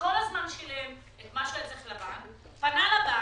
שכל הזמן שילם את מה שהוא היה צריך לבנק, פנה לבנק